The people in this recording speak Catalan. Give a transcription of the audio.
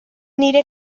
aniré